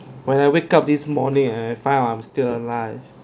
when I wake up this morning and I find I'm still alive